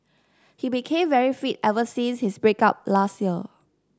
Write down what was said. he became very fit ever since his break up last year